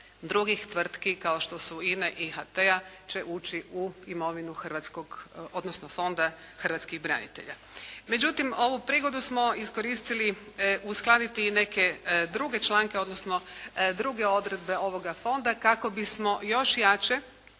drugih tvrtki kao što su INA i HT će ući u imovinu hrvatskog, odnosno Fonda hrvatskih branitelja. Međutim, ovu prigodu smo iskoristili uskladiti i neke druge članke, odnosno druge odredbe ovoga fonda kako bismo još jače,